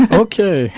okay